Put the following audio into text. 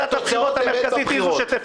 אם תתחייב שוועדת הבחירות היא זו שתפקח,